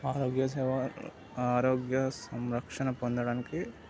ఆరోగ్య సేవ ఆరోగ్య సంరక్షణ పొందడానికి